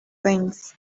things